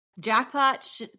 Jackpot